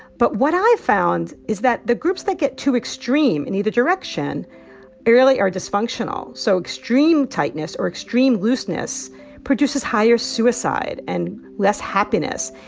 but what i found is that the groups that get too extreme in either direction really are dysfunctional. so extreme tightness or extreme looseness produces higher suicide and less happiness.